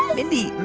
mindy,